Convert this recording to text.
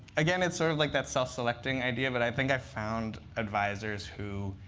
again, it's sort of like that self-selecting idea. but i think i found advisors who